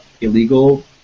illegal